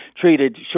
treated